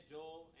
Joel